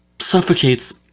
suffocates